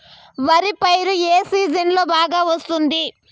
వరి పైరు ఏ సీజన్లలో బాగా వస్తుంది